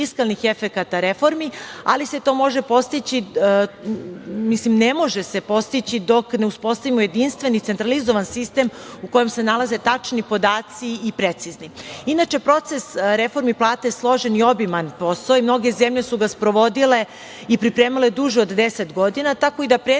fiskalnih efekata reformi, ali se to može postići, odnosno ne može se postići dok ne uspostavimo jedinstven i centralizovan sistem u kojem se nalaze tačni i precizni podaci. Inače, proces reforme plate je složen i obiman posao i mnoge zemlje su ga sprovodile i pripremale duže od 10 godina, tako da prethodna